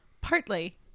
partly